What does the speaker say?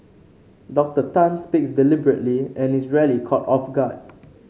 Doctor Tan speaks deliberately and is rarely caught off guard